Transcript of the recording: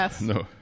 No